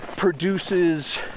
Produces